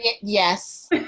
Yes